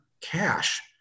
cash